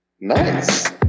Nice